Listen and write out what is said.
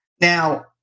Now